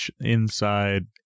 inside